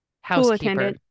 housekeeper